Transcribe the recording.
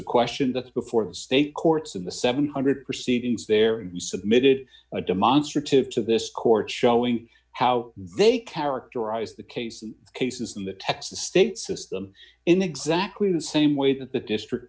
a question the before the state courts in the seven hundred proceedings there and you submitted a demonstrative to this court showing how they characterized the case of cases in the texas state system in the exactly the same way that the district